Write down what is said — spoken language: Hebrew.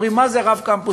אומרים: מה זה רב-קמפוסית?